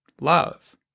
Love